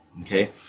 okay